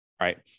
right